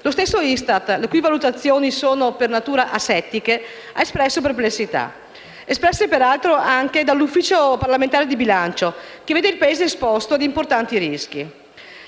Lo stesso ISTAT, le cui valutazioni sono per natura asettiche, ha espresso perplessità, come peraltro lo stesso Ufficio parlamentare di bilancio, che vede il Paese esposto a importanti rischi.